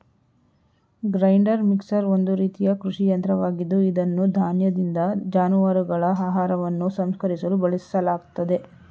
grinder mixer ಒಂದು ರೀತಿಯ ಕೃಷಿ ಯಂತ್ರವಾಗಿದ್ದು ಇದನ್ನು ಧಾನ್ಯದಿಂದ ಜಾನುವಾರುಗಳ ಆಹಾರವನ್ನು ಸಂಸ್ಕರಿಸಲು ಬಳಸಲಾಗ್ತದೆ